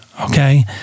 okay